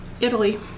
Italy